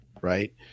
right